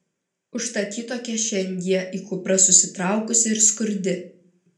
užtat ji tokia šiandie į kuprą susitraukusi ir skurdi